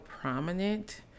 prominent